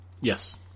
Yes